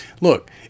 Look